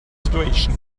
situation